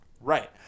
Right